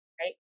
Right